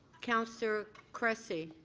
councillor cressy